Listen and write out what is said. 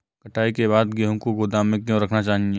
कटाई के बाद गेहूँ को गोदाम में क्यो रखना चाहिए?